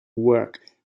work